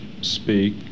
speak